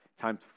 Time